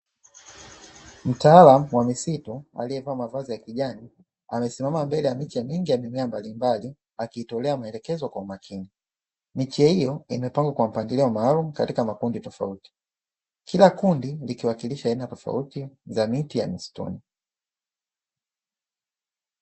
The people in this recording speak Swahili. Mtaalamu wa misitu aliyevaa mavazi ya kijani, amesimama mbele ya miche mingi ya mimea mbalimbali, akiitolea maelekezo kwa umakini. Miche hiyo imepangwa kwa mpangilio maalumu, katika makundi tofauti. Kila kundi likiwakilisha aina tofauti za miti ya msituni.